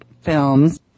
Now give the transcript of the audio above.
Films